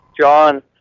John